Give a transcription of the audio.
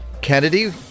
Kennedy